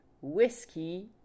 whiskey